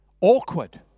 awkward